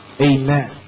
Amen